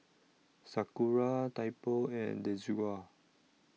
Sakura Typo and Desigual